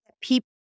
people